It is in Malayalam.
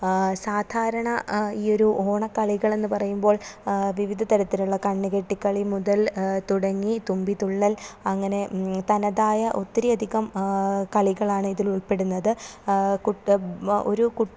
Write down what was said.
സാധാരണ ഈ ഒരു ഓണക്കളികൾ എന്ന് പറയുമ്പോൾ വിവിധതരത്തിലുള്ള കണ്ണുകെട്ടി കളി മുതൽ തുടങ്ങി തുമ്പിത്തുള്ളൽ അങ്ങനെ തനതായ ഒത്തിരി അധികം കളികളാണ് ഇതിൽ ഉൾപ്പെടുന്നത് ഒരു കുട്ടി